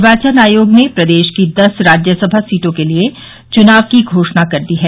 निर्वाचन आयोग ने प्रदेश की दस राज्यसभा सीटों के लिए चुनाव की घोषणा कर दी है